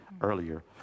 earlier